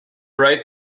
write